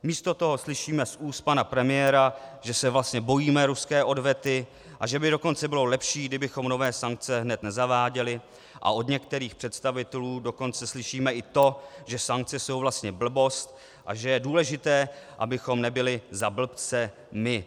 Místo toho slyšíme z úst pana premiéra, že se vlastně bojíme ruské odvety, a že by dokonce bylo lepší, kdybychom nové sankce hned nezaváděli, a od některých představitelů dokonce slyšíme i to, že sankce jsou vlastně blbost a že je důležité, abychom nebyli za blbce my.